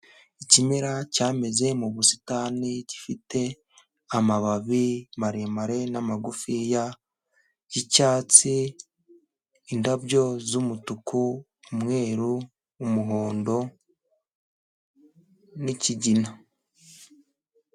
Ikimera cyameze mu busitani, gifite amababi maremare n'amagufiya y'icyatsi, indabyo z'umutuku, umweru, umweru, umuhondo n'ikigina.